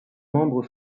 membre